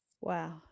wow